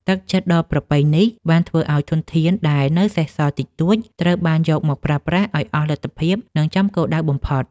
ទឹកចិត្តដ៏ប្រពៃនេះ បានធ្វើឱ្យធនធានដែលនៅសេសសល់តិចតួច ត្រូវបានយកមកប្រើប្រាស់ឱ្យអស់លទ្ធភាព និងចំគោលដៅបំផុត។